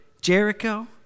Jericho